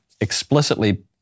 explicitly